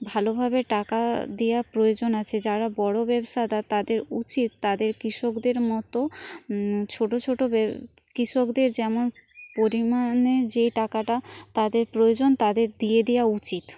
ভালোভাবে টাকা দেওয়া প্রয়োজন আছে যারা বড়ো ব্যবসাদার তাদের উচিত তাদের কৃষকদের মতো ছোট ছোট কৃষকদের যেমন পরিমানে যে টাকাটা তাদের প্রয়োজন তাদের দিয়ে দেওয়া উচিত